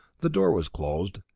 the door was closed,